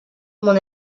mon